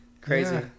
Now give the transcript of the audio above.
Crazy